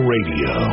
Radio